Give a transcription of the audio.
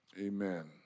Amen